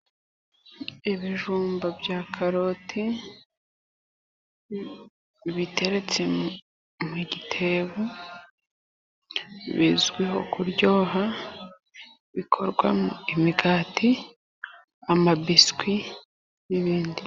Ibijumba bya karoti biteretse mu gitebo bizwiho kuryoha. Bikorwamo imigati, amabiswi n'ibindi.